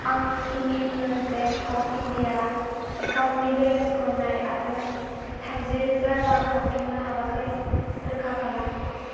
आंनि union bank of India एकाउन्टनि बेलेन्सखौ नाय आरो थामजि रोजा रां हाबदों ना हाबाखै रोखा खालाम